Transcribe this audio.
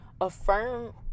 affirm